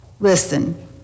Listen